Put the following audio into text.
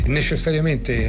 necessariamente